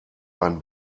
ein